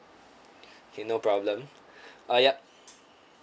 K no problem uh ya